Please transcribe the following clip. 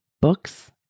books